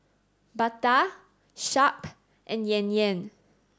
Bata Sharp and Yan Yan